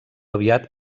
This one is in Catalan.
aviat